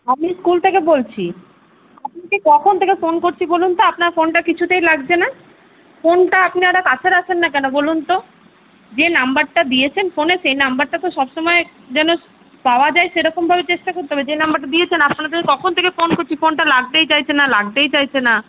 আমি স্কুল থেকে বলছি আপনাকে কখন থেকে ফোন করছি বলুন তো আপনার ফোনটা কিছুতেই লাগছে না ফোনটা আপনারা কাছে রাখেন না কেন বলুন তো যে নাম্বারটা দিয়েছেন ফোনে সে নাম্বারটা তো সবসময় যেন পাওয়া যায় সেরকমভাবে চেষ্টা করতে হবে যে নাম্বারটা দিয়েছেন আপনাদের কখন থেকে ফোন করছি ফোনটা লাগতেই চাইছে না লাগতেই চাইছে না